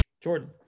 Jordan